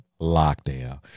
lockdown